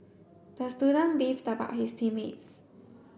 the student beefed about his team mates